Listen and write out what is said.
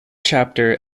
chapter